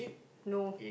no